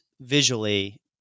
visually